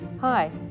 Hi